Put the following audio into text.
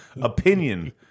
opinion